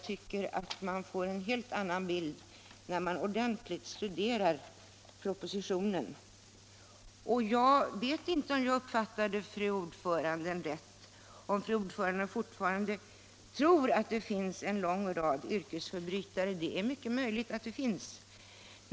Jag tycker att man får en helt annan bild än den fru Kristensson förmedlade när man ordentligt studerar propositionen. Jag vet inte om jag uppfattade fru ordföranden rätt när jag fick intrycket att fru ordföranden tror att det fortfarande finns en lång rad yrkesförbrytare. Det är mycket möjligt att det gör.